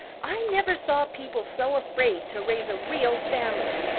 i never saw people so afraid to raise a real family.